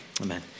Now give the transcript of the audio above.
amen